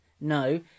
No